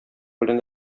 белән